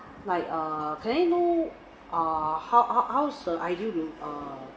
like err can I know err how how how's the ah